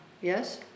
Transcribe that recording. Yes